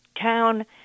town